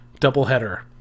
doubleheader